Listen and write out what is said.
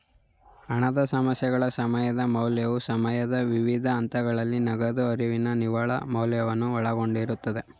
ಹಣದ ಸಮಸ್ಯೆಗಳ ಸಮಯದ ಮೌಲ್ಯವು ಸಮಯದ ವಿವಿಧ ಹಂತಗಳಲ್ಲಿ ನಗದು ಹರಿವಿನ ನಿವ್ವಳ ಮೌಲ್ಯವನ್ನು ಒಳಗೊಂಡಿರುತ್ತೆ